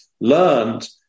learned